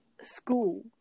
school